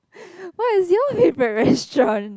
what is your favorite restaurant